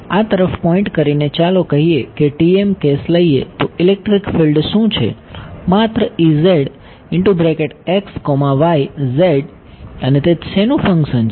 આ તરફ પોઈન્ટ કરીને ચાલો કહીએ કે TM કેસ લઈએ તો ઇલેક્ટ્રિક ફિલ્ડ શું છે માત્ર અને તે શેનું ફંક્શન છે